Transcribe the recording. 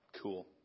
Cool